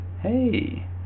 hey